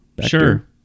Sure